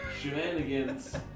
Shenanigans